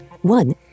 one